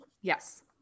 Yes